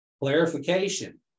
Clarification